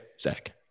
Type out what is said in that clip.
Zach